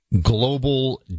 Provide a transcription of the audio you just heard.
global